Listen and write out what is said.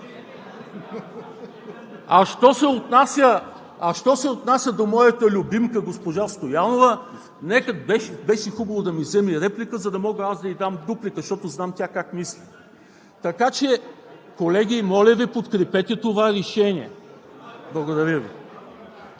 А що се отнася до моята любимка госпожа Стоянова – беше хубаво да ми вземе реплика, за да мога аз да ѝ дам дуплика, защото знам тя как мисли. Така че, колеги, моля Ви, подкрепете това решение. Благодаря Ви.